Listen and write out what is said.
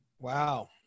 Wow